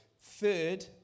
Third